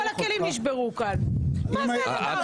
כל הכלים נשברו כאן, מה זה הדבר הזה?